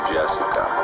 Jessica